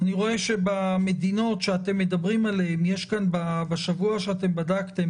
אני רואה שבמדינות שאתם מדברים עליהן יש בשבוע שאתם בדקתם